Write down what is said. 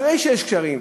אחרי שיש קשיים,